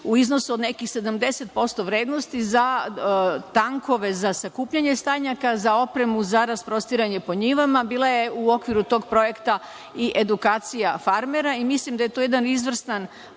u iznosu od nekih 70% vrednosti za tankove za sakupljanje stajnjaka, za opremu za rasprostiranje po njivama. Bilo je u okviru tog projekta i edukacija farmera i mislim da je to je jedan izvrstan